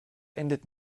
endet